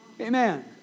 Amen